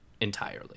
entirely